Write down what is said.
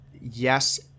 yes